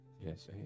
Yes